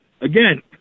again